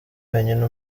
wenyine